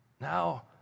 Now